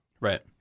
Right